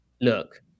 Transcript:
look